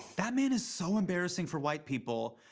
that man is so embarrassing for white people,